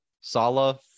Sala